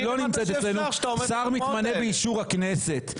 שר מתמנה באישור הכנסת.